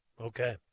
Okay